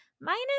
minus